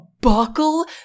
buckle